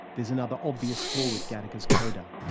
there's another obvious flaw with gattaca's coda.